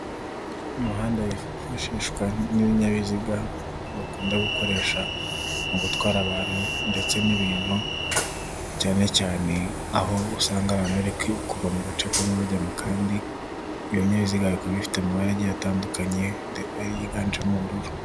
Umuhanda wifashishwa n'ibinyabiziga bakunda gukoresha mu gutwara abantu ndetse n'ibintu cyane cyane aho usanga abantu bari kuva mu gace kamwe bajyamo kandi, ibinyabiziga bikaba bifite amabara agiye atandukanye yiganjemo ubururu.